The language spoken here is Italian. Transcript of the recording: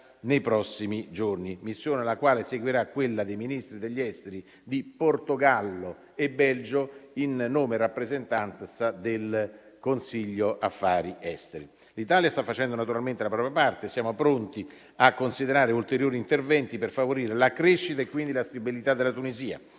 nei prossimi giorni; missione alla quale seguirà quella dei Ministri degli esteri di Portogallo e Belgio in nome e rappresentanza del Consiglio affari esteri. L'Italia sta facendo naturalmente la propria parte. Siamo pronti a considerare ulteriori interventi per favorire la crescita e quindi la stabilità della Tunisia.